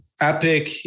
epic